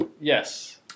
Yes